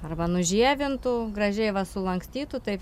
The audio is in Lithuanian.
arba nužievintų gražiai va sulankstytų taip